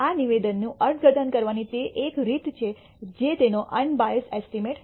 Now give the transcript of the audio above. આ નિવેદનની અર્થઘટન કરવાની તે એક રીત છે જે તેનો અન્બાઇસદ્ એસ્ટીમેટ છે